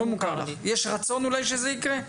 יש רצון שזה יקרה?